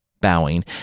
bowing